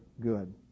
good